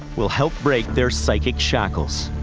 will help break their psychic shackles.